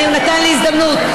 הוא נתן לי הזדמנות.